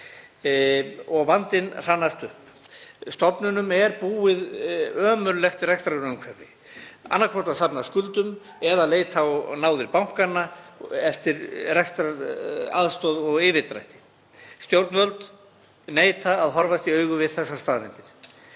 og vandinn hrannast upp. Stofnunum er búið ömurlegt rekstrarumhverfi, annaðhvort að safna skuldum eða leita á náðir bankanna eftir rekstraraðstoð og yfirdrætti. Stjórnvöld neita að horfast í augu við þessar staðreyndir